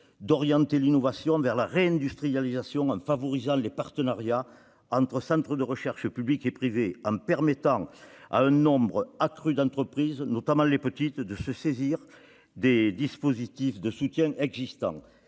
d'orienter l'innovation vers la réindustrialisation en favorisant les partenariats entre centres de recherche publics et privés et en permettant à un nombre accru d'entreprises, notamment les petites, de se saisir des dispositifs de soutien existants.